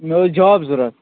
مےٚ اوس جاب ضروٗرت